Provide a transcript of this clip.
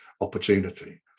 opportunity